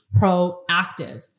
proactive